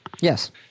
Yes